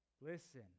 Listen